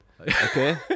Okay